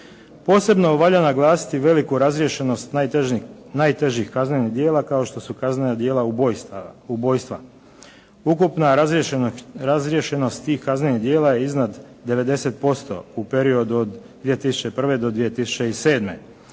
Posebno valja naglasiti veliku razriješenost najtežih kaznenih djela kao što su kaznena djela ubojstva. Ukupna razriješenost tih kaznenih djela je iznad 90% u periodu od 2001. do 2007.,